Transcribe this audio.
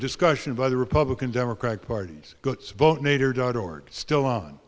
discussion by the republican democratic party's goatse vote nader dot org still on